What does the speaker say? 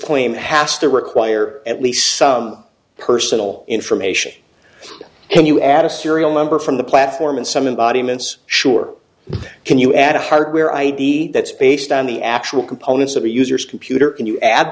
claim has to require at least some personal information and you add a serial number from the platform and some in body mints sure can you at a hardware id that's based on the actual components of a user's computer and you add